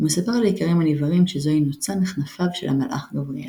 ומספר לאיכרים הנבערים שזוהי נוצה מכנפיו של המלאך גבריאל.